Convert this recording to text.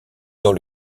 dans